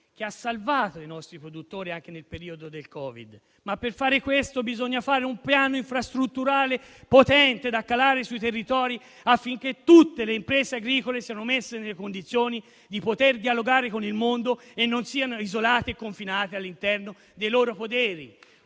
che ha salvato i nostri produttori anche nel periodo del Covid. Per fare tutto questo, però, bisogna mettere a punto un piano infrastrutturale potente da calare sui territori, affinché tutte le imprese agricole siano messe nelle condizioni di dialogare con il mondo e non siano isolate e confinate all'interno dei loro poderi.